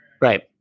Right